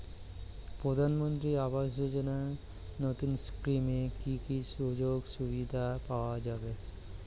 প্রধানমন্ত্রী আবাস যোজনা নতুন স্কিমে কি কি সুযোগ সুবিধা পাওয়া যাবে?